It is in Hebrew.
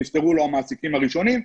נספרו לו המעסיקים הראשונים,